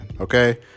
Okay